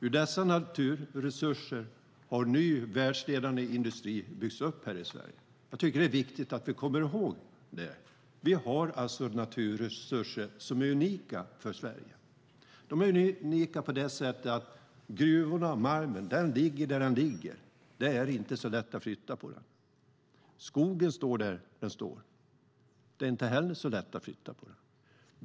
Ur dessa naturresurser har ny, världsledande industri byggts upp här i Sverige. Jag tycker att det är viktigt att vi kommer ihåg det. Vi har alltså naturresurser som är unika för Sverige. De är unika på det sättet att gruvorna, malmen, ligger där de ligger. Det är inte så lätt att flytta på dem. Skogen står där den står. Den är inte heller så lätt att flytta på.